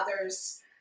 others